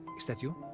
is that you?